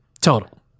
total